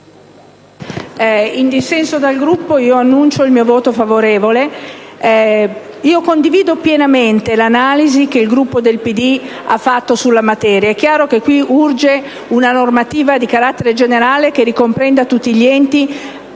in dissenso dal Gruppo, il mio voto favorevole. Condivido pienamente l'analisi che il Gruppo del Partito Democratico ha fatto sulla materia. È chiaro che qui urge una normativa di carattere generale che ricomprenda tutti gli enti,